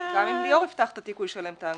גם אם ליאור יפתח את התיק הוא ישלם את האגרה.